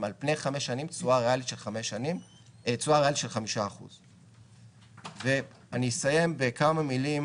על פני חמש שנים תשואה ריאלית של 5%. ואני אסיים בכמה מילים